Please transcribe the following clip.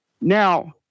Now